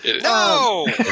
No